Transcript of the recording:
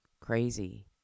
crazy